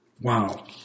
Wow